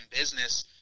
business